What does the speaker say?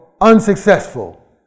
unsuccessful